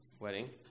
wedding